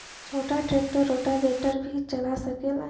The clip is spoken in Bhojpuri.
छोटा ट्रेक्टर रोटावेटर भी चला सकेला?